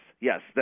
Yes